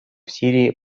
сирии